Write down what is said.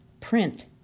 print